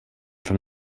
from